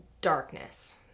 darkness